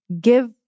Give